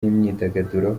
n’imyidagaduro